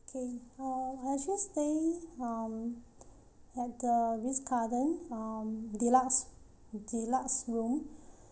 okay uh I actually stay um at the Ritz Carlton um deluxe deluxe room